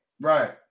Right